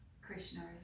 Krishna